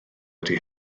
wedi